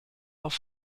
auf